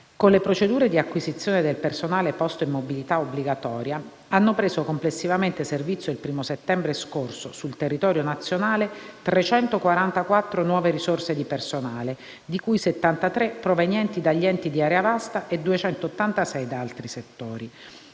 Con le procedure di acquisizione del personale posto in mobilità obbligatoria, hanno preso complessivamente servizio il 1° settembre scorso, sul territorio nazionale, 344 nuove risorse di personale, di cui 73 provenienti dagli enti di area vasta e 286 da altri settori.